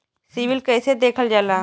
CIBIL कैसे देखल जाला?